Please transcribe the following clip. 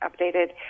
updated